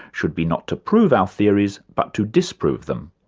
should be not to prove our theories but to disprove them.